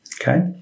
okay